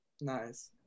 Nice